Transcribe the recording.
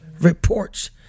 reports